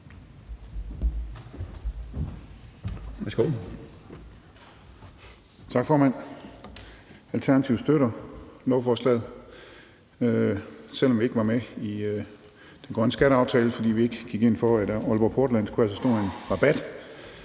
(ALT): Tak, formand. Alternativet støtter lovforslaget, selv om vi ikke var med i den grønne skatteaftale, fordi vi ikke gik ind for, at Aalborg Portland skulle have så stor en rabat.